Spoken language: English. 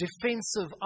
defensive